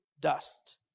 dust